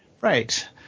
Right